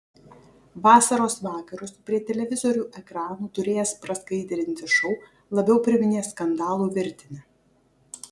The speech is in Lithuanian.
vasaros vakarus prie televizorių ekranų turėjęs praskaidrinti šou labiau priminė skandalų virtinę